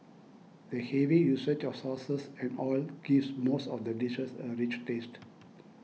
the heavy usage of sauces and oil gives most of the dishes a rich taste